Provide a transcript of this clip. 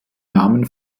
namen